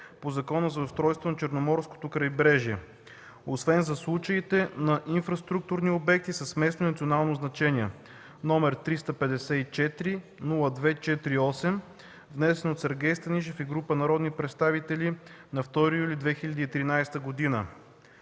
по Закона за устройството на Черноморското крайбрежие, освен за случаи на инфраструктурни обекти с местно и национално значение, № 354-02-48, внесен от Сергей Станишев и група народни представители на 2 юли 2013 г.